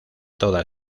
toda